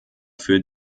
für